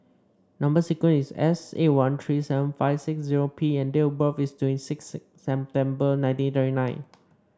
number sequence is S eight one three seven five six zero P and date of birth is twenty six September nineteen thirty nine